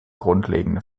grundlegende